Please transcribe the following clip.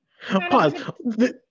Pause